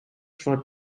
for